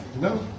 No